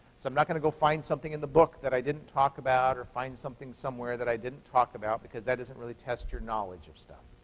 so i'm not going to go find something in the book that i didn't talk about or find something somewhere that i didn't talk about, because that doesn't really test your knowledge of stuff.